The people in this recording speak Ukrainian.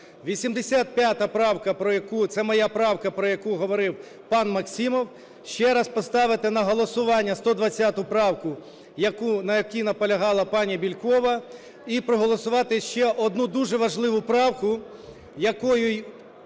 моя правка, про яку говорив пан Максим. Ще раз поставити на голосування 120 правку, на якій наполягала пані Бєлькова. І проголосувати ще одну дуже важливу правку, я